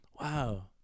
wow